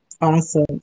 Awesome